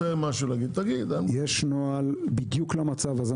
יש נוהל בדיוק למצב הזה.